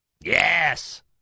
Yes